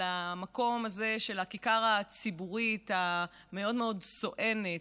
אל המקום הזה של הכיכר הציבורית המאוד-מאוד סואנת,